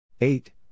Eight